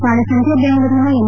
ನಾಳೆ ಸಂಜೆ ಬೆಂಗಳೂರಿನ ಎಂ